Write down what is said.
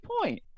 point